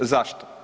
Zašto?